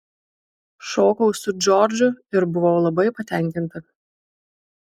šokau su džordžu ir buvau labai patenkinta